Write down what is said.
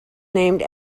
named